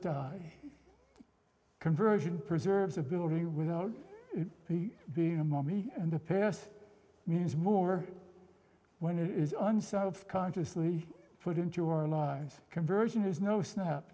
die conversion preserves ability without he being a mommy and the past means more when it is unselfconsciously put into our lives conversion is no snap